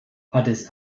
addis